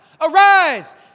Arise